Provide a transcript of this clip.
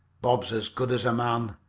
bob's as good as a man,